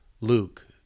Luke